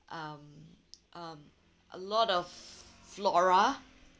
um um a lot of flora